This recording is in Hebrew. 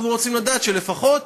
אנחנו רוצים לדעת שלפחות